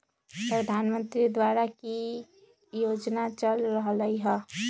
प्रधानमंत्री द्वारा की की योजना चल रहलई ह?